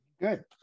Good